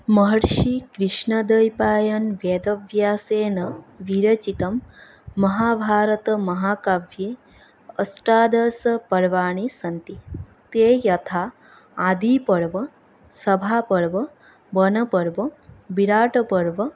महर्षिकृष्णद्वैपायनवेदव्यासेन विरचितं महाभारतमहाकाव्ये अष्टादश पर्वाणि सन्ति ते यथा आदिपर्व सभापर्व वनपर्व विराटपर्व